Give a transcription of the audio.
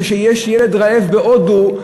כשיש ילד רעב בהודו,